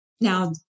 Now